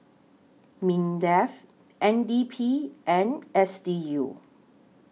Mindef N D P and S D U